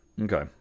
okay